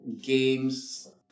games